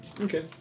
Okay